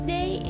Day